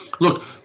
look